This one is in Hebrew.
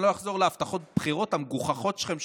אני לא אחזור להבטחות הבחירות המגוחכות שלכם,